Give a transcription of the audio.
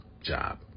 job